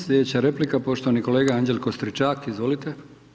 Slijedeća replika, poštovani kolega Anđelko Stričak, izvolite.